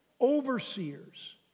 overseers